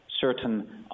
certain